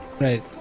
Right